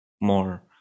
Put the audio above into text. more